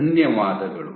ಧನ್ಯವಾದಗಳು